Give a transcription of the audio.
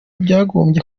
byagombye